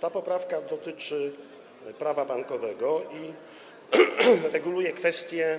Ta poprawka dotyczy Prawa bankowego i reguluje kwestię